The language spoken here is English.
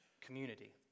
community